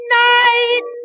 night